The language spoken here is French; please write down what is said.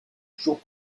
toujours